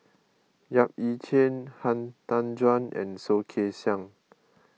Yap Ee Chian Han Tan Juan and Soh Kay Siang